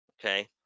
okay